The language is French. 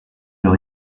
leur